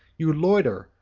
you loiter,